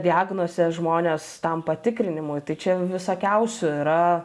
diagnoze žmonės tam patikrinimui tai čia visokiausių yra